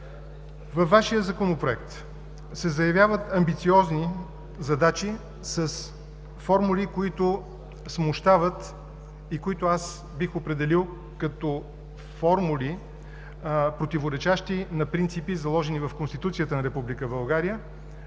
във Вашия Законопроект се заявяват амбициозни задачи с формули, които смущават и които аз бих определил като формули, противоречащи на принципи, заложени в Конституцията на